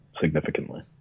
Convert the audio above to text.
significantly